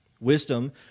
Wisdom